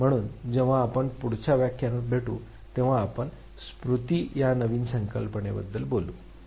म्हणून जेव्हा आपण पुढील भेटू तेव्हा आपण स्मृती ही नवीन संकल्पना बोलू